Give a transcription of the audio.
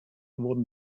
wurden